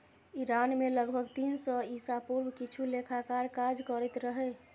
Iran मे लगभग तीन सय ईसा पूर्व किछु लेखाकार काज करैत रहै